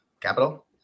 capital